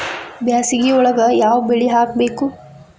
ಬ್ಯಾಸಗಿ ಒಳಗ ಯಾವ ಬೆಳಿ ಹಾಕಬೇಕು?